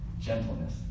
Gentleness